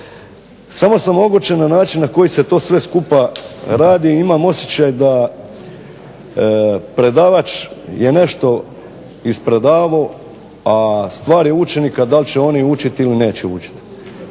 Samo sam obučen na način na koji se sve to skupa radi, imam osjećaj da predavač je nešto ispredavo a stvar je učenika da li će nešto naučiti ili neće naučiti.